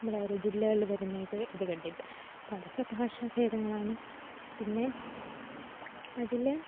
നമ്മുടോരോ ജില്ലകള് വരുന്നയിത് ഇതു കണ്ടിട്ട് അപ്പോഴതൊക്കെ ഭാഷാഭേദങ്ങളാണ് പിന്നെ അതില്